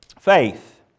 faith